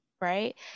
right